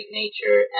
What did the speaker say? nature